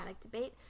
debate